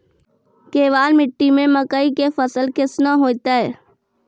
केवाल मिट्टी मे मकई के फ़सल कैसनौ होईतै?